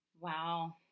Wow